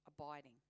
abiding